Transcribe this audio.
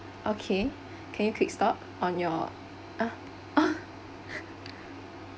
okay can you click stop on your uh uh